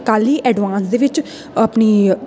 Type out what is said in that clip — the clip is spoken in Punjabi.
ਕੱਲ੍ਹ ਹੀ ਐਡਵਾਂਸ ਦੇ ਵਿੱਚ ਆਪਣੀ